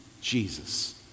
Jesus